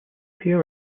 pair